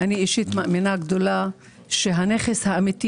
אני אישית מאמינה גדולה שהנכס האמיתי